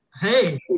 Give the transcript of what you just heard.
Hey